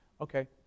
Okay